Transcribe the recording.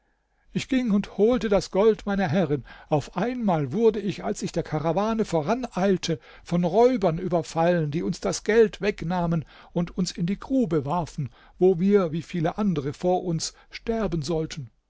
ich ging und holte das gold meiner herrin auf einmal wurde ich als ich der karawane voraneilte von räubern überfallen die uns das geld wegnahmen und uns in die grube warfen wo wir wie viele andere vor uns sterben sollten